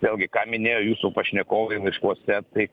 vėlgi ką minėjo jūsų pašnekovai laiškuose tai